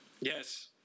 yes